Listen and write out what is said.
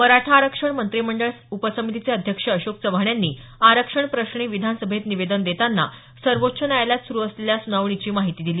मराठा आरक्षण मंत्रीमंडळ उपसमितीचे अध्यक्ष अशोक चव्हाण यांनी आरक्षणप्रश्नी विधानसभेत निवेदन देताना सर्वोच्च न्यायालयात सुरु असलेल्या सुनावणीची माहिती दिली